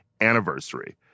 anniversary